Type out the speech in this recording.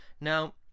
Now